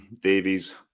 Davies